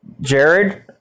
Jared